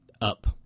up